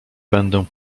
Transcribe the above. będę